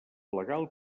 legal